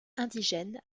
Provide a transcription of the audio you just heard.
indigène